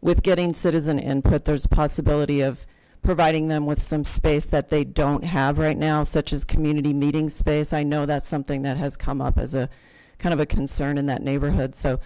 with getting citizen input there's a possibility of providing them with some space that they don't have right now such as community meeting space i know that's something that has come up as a kind of a concern in that neighborhood so